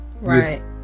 right